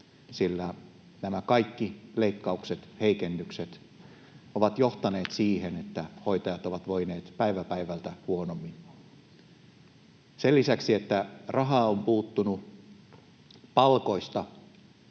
sillä nämä kaikki leikkaukset, heikennykset, ovat johtaneet siihen, että hoitajat ovat voineet päivä päivältä huonommin. Sen lisäksi, että rahaa on puuttunut palkoista,